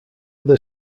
other